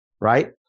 Right